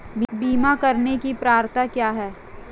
बीमा करने की पात्रता क्या है?